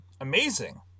amazing